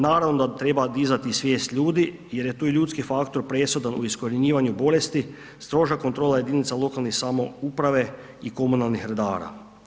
Naravno da treba dizati svijest ljudi, jer je tu i ljudski faktor presudan u iskorjenjivanju bolesti, stroža kontrola jedinica lokalne samouprave i komunalnih redara.